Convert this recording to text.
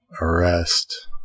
arrest